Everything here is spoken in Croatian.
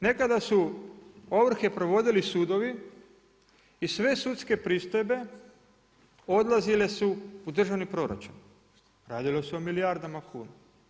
Nekada su ovrhe provodili sudovi i sve sudske pristojbe odlazile su u državni proračun, radilo se o milijardama kuna.